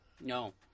No